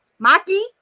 Maki